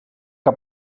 que